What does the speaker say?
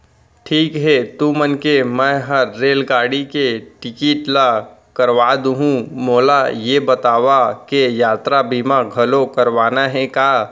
ठीक हे तुमन के मैं हर रेलगाड़ी के टिकिट ल करवा दुहूँ, मोला ये बतावा के यातरा बीमा घलौ करवाना हे का?